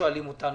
שואלים אותנו.